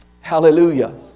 hallelujah